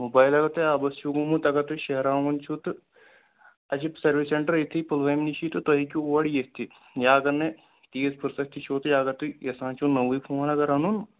mobile اگر تۄہہِ آبس چھُو گوٚمُت اگر تُہۍ شیٚہراوُن چھُو تہٕ اَسہِ چھُ سٔروِس سٮ۪نٛٹَر ییٚتھی پُلوٲم نِشی تہٕ تُہۍ ہیٚکِو اور یِتھ تہِ یا اگر نَے تیٖژ فرست تہِ چھو اگر تُہۍ یژھان چھِو نوٚوُے فون اگر اَنُن